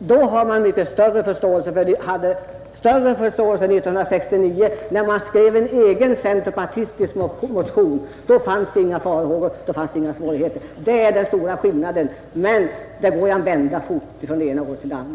i Glömminge. 1969 hade centerpartiet ingen större förståelse för dessa frågor när man skrev en egen motion. Då fanns inga farhågor, inga svårigheter. Det är den stora skillnaden. Men det går att vända fort från det ena året till det andra.